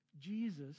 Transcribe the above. Jesus